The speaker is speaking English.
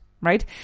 right